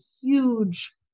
huge